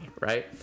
right